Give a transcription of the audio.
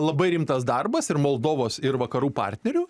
labai rimtas darbas ir moldovos ir vakarų partnerių